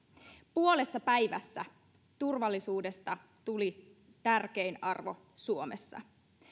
puolessa päivässä turvallisuudesta tuli tärkein arvo suomessa